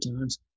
times